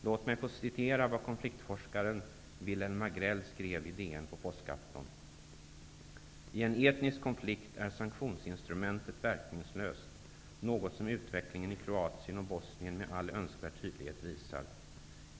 Låt mig få citera vad konfliktforskaren Wilhelm Agrell skrev i DN på påskafton: ''I en etnisk konflikt är sanktionsinstrumentet verkningslöst, något som utvecklingen i Kroatien och Bosnien med all önskvärd tydlighet visar.